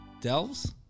delves